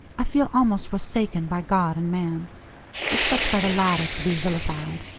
i feel almost forsaken by god and man except by the latter to be vilified.